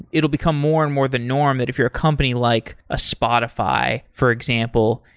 it will become more and more the norm that if you're a company like a spotify, for example,